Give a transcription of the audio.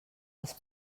els